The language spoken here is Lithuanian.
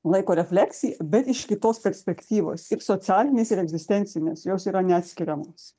laiko refleksija bet iš kitos perspektyvos ir socialinės ir egzistencinės jos yra neatskiriamos